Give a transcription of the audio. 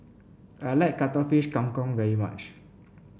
I like Cuttlefish Kang Kong very much